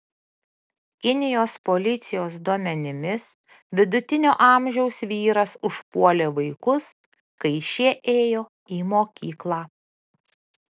kinijos policijos duomenimis vidutinio amžiaus vyras užpuolė vaikus kai šie ėjo į mokyklą